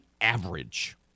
average